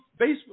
Facebook